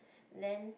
and then